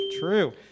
True